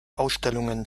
ausstellungen